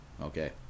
okay